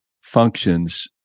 functions